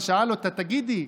תגידי,